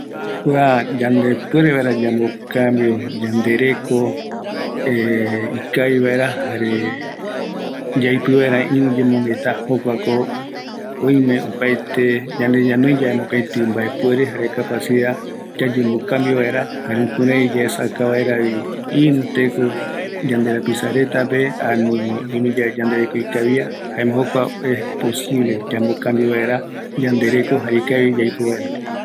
Jukuraïko, oïmeta ñanoi mbaepure, jare yaraja vaera yendereko ikaviguerupi, jukuraï yaesauka vaera ïruva retape, oïmeko yandereko yambo guata kavi vaera